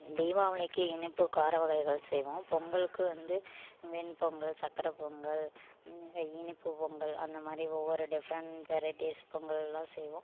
தீபாவளிக்கு இனிப்பு கார வகைகள் செய்வோம் பொங்கலுக்கு வந்து வெண் பொங்கல் சக்கரை பொங்கல் இனிப்பு பொங்கல் அந்தமாதிரி ஒவ்வொரு டிஃபரண்ட் வெரைட்டிஸ் பொங்கலாக செய்வோம்